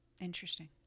interesting